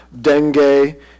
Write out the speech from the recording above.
dengue